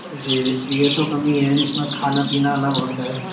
جی یہ تو کم ہی ہے اِس میں کھانا پینا الگ ہوتا ہے